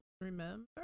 remember